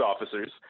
officers